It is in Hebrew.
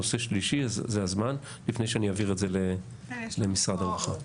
נושא שלישי זה הזמן לפני שאני אעביר את זה למשרד הרווחה.